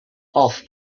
off